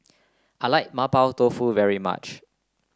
I like Mapo Tofu very much